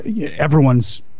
everyone's